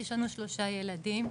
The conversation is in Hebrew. יש לנו שלושה ילדים.